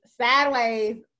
Sideways